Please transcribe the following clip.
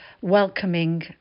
welcoming